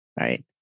right